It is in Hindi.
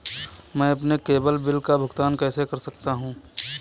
मैं अपने केवल बिल का भुगतान कैसे कर सकता हूँ?